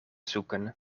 zoeken